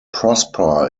prosper